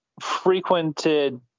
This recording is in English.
frequented